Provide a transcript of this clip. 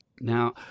Now